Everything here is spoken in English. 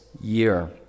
year